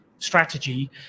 strategy